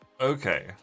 Okay